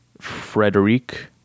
Frederic